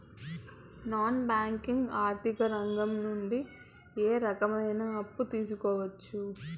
Non banking ఆర్థిక రంగం నుండి ఏ రకమైన అప్పు తీసుకోవచ్చు?